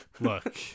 look